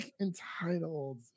entitled